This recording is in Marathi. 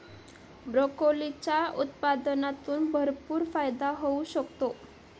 ब्रोकोलीच्या उत्पादनातून भरपूर फायदा होऊ शकतो